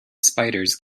spiders